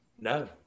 no